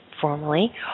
formally